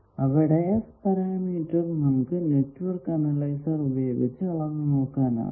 അവയുടെ S parameter നമുക്ക് network analyser ഉപയോഗിച്ച് അളന്നു നോക്കാനാകും